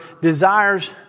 desires